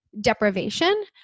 deprivation